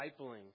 discipling